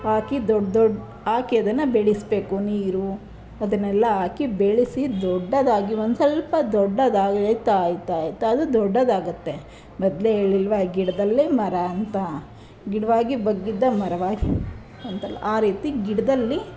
ಹಾಕಿ ದೊಡ್ಡ ದೊಡ್ಡ ಹಾಕಿ ಅದನ್ನು ಬೆಳೆಸ್ಬೇಕು ನೀರು ಅದನ್ನೆಲ್ಲ ಹಾಕಿ ಬೆಳೆಸಿ ದೊಡ್ಡದಾಗಿ ಒಂದು ಸ್ವಲ್ಪ ದೊಡ್ಡದಾಗಿ ಆಯಿತಾ ಆಯಿತಾ ಆಯಿತಾ ಅದು ದೊಡ್ಡದಾಗುತ್ತೆ ಮೊದಲೇ ಹೇಳಿಲ್ವ ಗಿಡದಲ್ಲೇ ಮರ ಅಂತ ಗಿಡವಾಗಿ ಬಗ್ಗದ್ದು ಮರವಾಗಿ ಅಂತೆಲ್ಲ ಆ ರೀತಿ ಗಿಡದಲ್ಲಿ